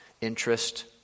interest